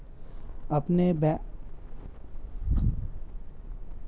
अपने बैंक के अलावा किसी अन्य ए.टी.एम से पैसे निकलवाने के चार्ज लगते हैं